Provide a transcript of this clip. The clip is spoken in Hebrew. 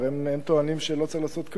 הם טוענים שלא צריך לעשות כלום.